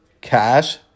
cash